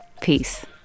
Peace